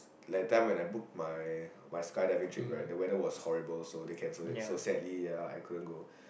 that time when I book my my skydiving trip the weather was horrible so they cancel it so sadly I couldn't go